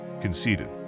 conceded